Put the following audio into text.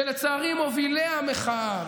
שלצערי מובילי המחאה,